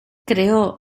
creó